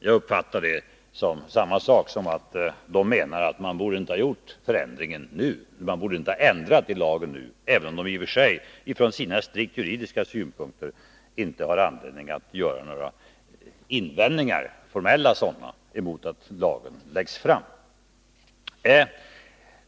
Jag uppfattade det som samma sak som om man menade att förändringen inte borde ha gjorts nu, även om lagrådet från sina strikt juridiska synpunkter inte har anledning att göra några formella invändningar mot att lagförslaget läggs fram.